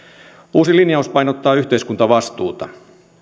uusi linjaus painottaa yhteiskuntavastuuta